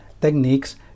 techniques